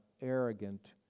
arrogant